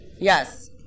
Yes